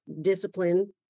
discipline